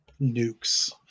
nukes